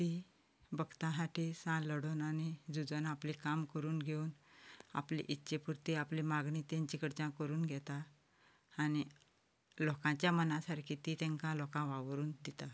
ती भक्तां खातीर सा लडून आनी झुजून आपलें काम करून घेवन आपले इच्छे पुर्ती आपली मागणी तांचे कडच्यान करून घेता आनी लोकांच्या मना सारकी ती तांकां लोकांक व्हावरून दिता